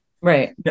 right